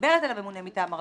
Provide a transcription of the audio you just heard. מדברת על הממונה מטעם הרשות,